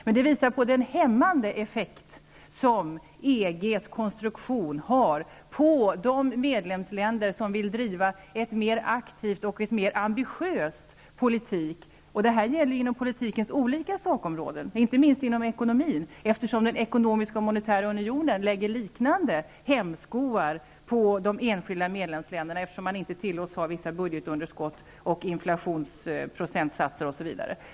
Detta visar på den hämmande effekt som EG:s konstruktion har på de medlemsländer som vill driva en mer aktiv och ambitiös politik, och detta gäller för politikens olika sakområden, inte minst ekonomin, eftersom den ekonomiska och monetära unionen lägger en liknande hämsko på de enskilda medlemsländerna, som inte tillåts ha vissa budgetunderskott, vissa inflationsprocentsatser, osv.